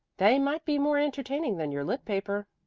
they might be more entertaining than your lit. paper.